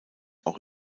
auch